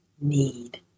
need